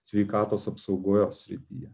sveikatos apsaugos srityje